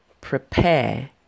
prepare